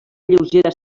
lleugera